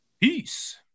Peace